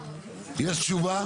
תשובה.